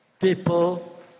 People